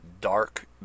dark